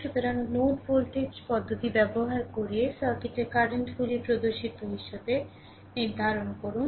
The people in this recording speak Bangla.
সুতরাং নোড ভোল্টেজ পদ্ধতি ব্যবহার করে সার্কিটের কারেন্ট গুলি প্রদর্শিত হিসাবে নির্ধারণ করুন